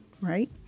right